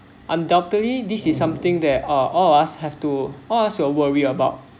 undoubtedly this is something that are all of us have to all of us worry about